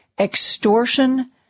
extortion